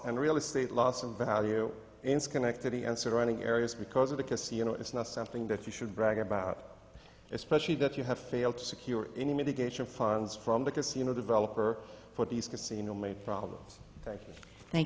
and real estate loss in value in schenectady and surrounding areas because of the casino it's not something that you should brag about especially that you have failed to secure any mitigation funds from the casino developer for these casino